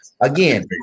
Again